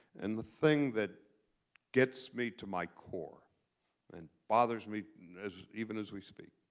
and the thing that gets me to my core and bothers me as even as we speak,